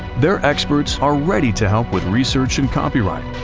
their experts are ready to help with research and copyright,